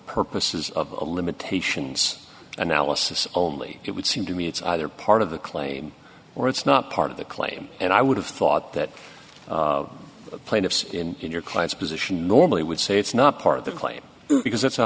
purposes of limitations analysis only it would seem to me it's either part of the claim or it's not part of the claim and i would have thought that plaintiffs in your client's position normally would say it's not part of the claim because it's a